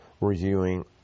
reviewing